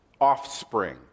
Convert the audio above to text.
offspring